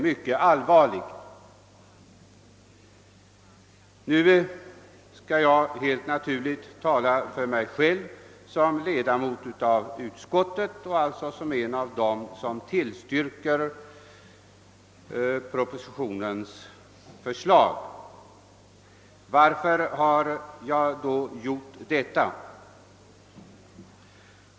Helt naturligt skall jag tala för mig själv som ledamot av utskottet och alltså som en av dem som tillstyrker propositionens förslag. Varför har jag då gjort detta?